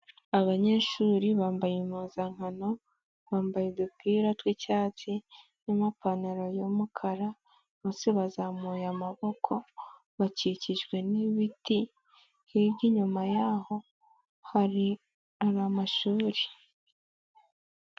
Abanyeshuri bambaye impuzankano, bambaye udupira tw'icyatsi n'amapantaro y'umukara, bose bazamuye amaboko, bakikijwe n'ibiti, hirya inyuma yaho hari amashuri.